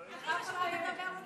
בבקשה.